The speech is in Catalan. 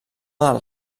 del